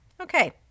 Okay